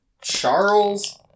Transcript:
Charles